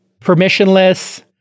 permissionless